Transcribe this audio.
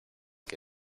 que